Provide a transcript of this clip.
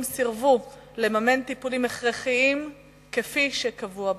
סירבו לממן טיפולים הכרחיים כפי שקבוע בחוק.